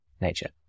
nature